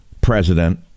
president